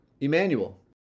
Emmanuel